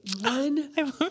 one